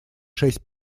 шесть